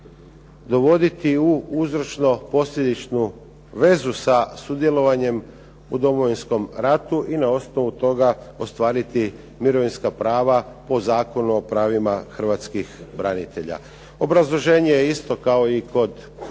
dovoditi u uzročno-posljedičnu vezu sa sudjelovanjem u Domovinskom ratu i na osnovu toga ostvariti mirovinska prava po Zakonu o pravima Hrvatskih branitelja. Obrazloženje je isto kao i kod stjecanja